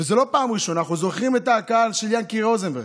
וזו לא פעם ראשונה: אנחנו זוכרים את ההכאה של יענקי רוזנברג,